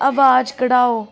अवाज़ घटाओ